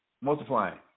Multiplying